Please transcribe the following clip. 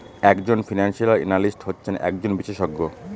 এক জন financial analyst হচ্ছেন একজন বিশেষজ্ঞ